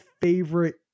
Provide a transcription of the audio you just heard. favorite